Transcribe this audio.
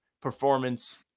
performance